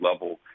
level